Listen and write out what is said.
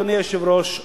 אדוני היושב-ראש,